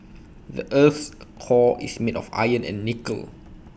the Earth's core is made of iron and nickel